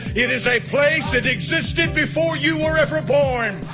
it is a place that existed before you were ever born.